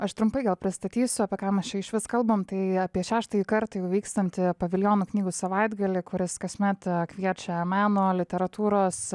aš trumpai gal pristatysiu apie ką mes čia išvis kalbam tai apie šeštąjį kartą jau vykstanti paviljono knygų savaitgalį kuris kasmet kviečia meno literatūros